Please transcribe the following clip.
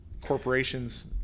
corporations